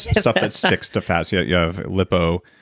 stuff that sticks to fat. you you have lipophobic,